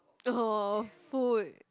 oh food